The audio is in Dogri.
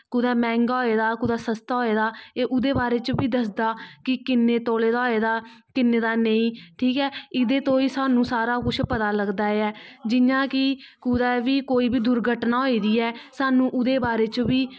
कुदै मैंह्गी होए दा कुदै सस्ती होए दा एहदे बारे च बी दसदा कि किन्ने तोले दा होए दा किन्ने दा नेंई ठीक ऐ एह्दे तो ही स्हानू सारा कुछ पता लगदा ऐ जियां कि कुदै बी कोई बी दुर्घटना होई दी ऐ स्हानू ओह्दे बारे च बी